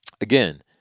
again